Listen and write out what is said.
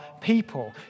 people